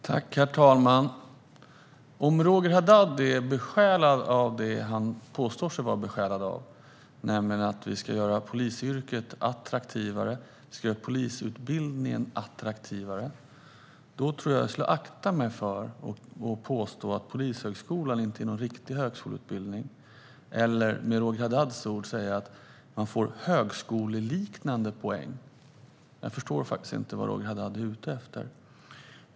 Herr talman! Om Roger Haddad är besjälad av det han påstår sig vara besjälad av, nämligen att vi ska göra polisyrket och polisutbildningen attraktivare, tror jag att han ska akta sig för att påstå att Polishögskolan inte är någon riktig högskoleutbildning och att det, med Roger Haddads ord, är högskoleliknande poäng man får. Jag förstår faktiskt inte vad Roger Haddad är ute efter.